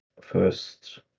first